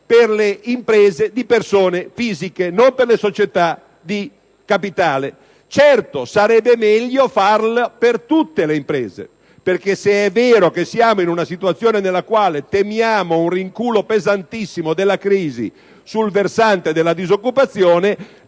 per le imprese di persone fisiche, non per le società di capitali. Certo, sarebbe meglio farlo per tutte le imprese perché, se è vero che siamo in una situazione per la quale temiamo un rinculo pesantissimo della crisi sul versante della disoccupazione,